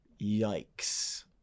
Yikes